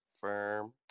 firm